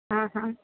हाँ हाँ